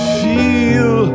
feel